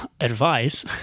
advice